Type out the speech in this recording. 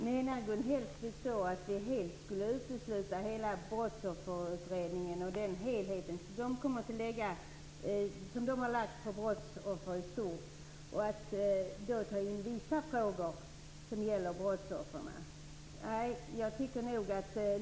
Fru talman! Menar Gun Hellsvik att vi skulle utesluta hela Brottsofferutredningen och det helhetsperspektiv som de har lagt på brottsoffer i stort och bara ta in vissa frågor som gäller brottsoffer?